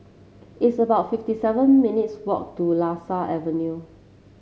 it's about fifty seven minutes' walk to Lasia Avenue